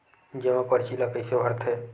जमा परची ल कइसे भरथे?